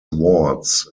wards